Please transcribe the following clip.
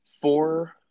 four